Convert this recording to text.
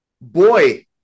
Boy